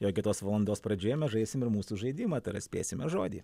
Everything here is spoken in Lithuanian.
jog kitos valandos pradžioje mes žaisim ir mūsų žaidimą ta yra spėsime žodį